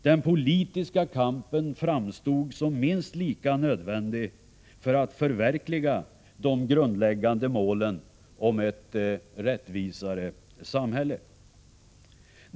Den politiska kampen framstod som minst lika nödvändig för att man skulle kunna förverkliga de grundläggande målen om ett rättvisare samhälle.